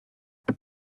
the